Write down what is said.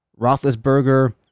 Roethlisberger